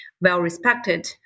well-respected